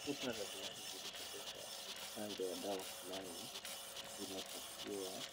Chupa za glasi zilizobeba chanjo ya dawa fulani zimepakiwa.